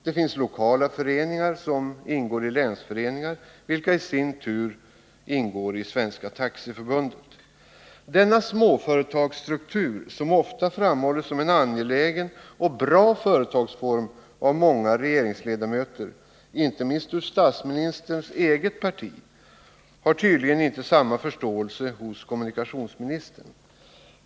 Det finns lokala föreningar som ingår i länsföreningar, vilka i sin tur ingår i Svenska taxiförbundet. Denna småföretagsstruktur, som ofta framhålls som en angelägen och bra företagsform av många regeringsledamöter, inte minst ur statsministerns eget parti, har tydligen inte samma förståelse hos kommunikationsministern.